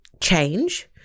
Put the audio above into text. change